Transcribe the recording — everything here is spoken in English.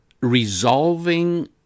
resolving